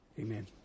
Amen